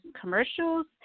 commercials